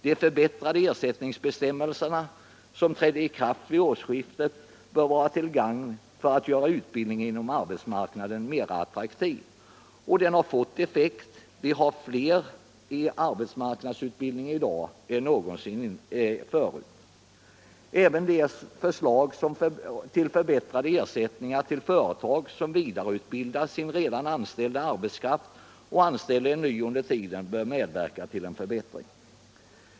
De förbättrade ersättningsbestämmelser som trädde i kraft vid årsskiftet bör vara till gagn för att göra utbildningen inom arbetsmarknaden mera attraktiv. De har haft effekt. Vi har i dag fler i arbetsmarknadsutbildning än någonsin tidigare. Även de förslag till förbättrade ersättningar till företag som vidareutbildar sin redan anställda arbetskraft och anställer ny under tiden bör medverka till en förbättring.